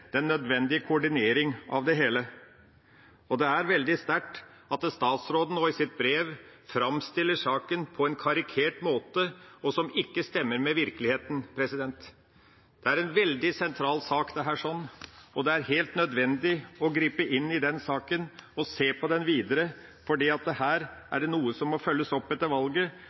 er helt nødvendig å gripe inn i den og se på den videre. Her er det noe som må følges opp etter valget,